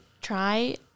try